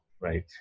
right